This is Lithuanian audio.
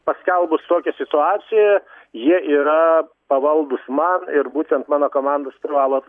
paskelbus tokią situaciją jie yra pavaldūs man ir būtent mano komandos privalot